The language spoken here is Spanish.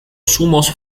zumos